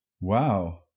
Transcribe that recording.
Wow